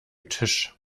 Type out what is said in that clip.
tisch